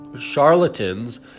charlatans